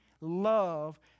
love